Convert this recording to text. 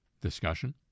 discussion